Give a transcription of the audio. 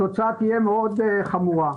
תהיה מאוד חמורה.